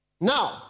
Now